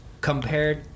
compared